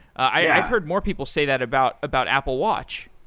i've heard more people say that about about apple watch.